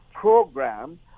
program